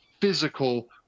physical